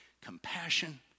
compassion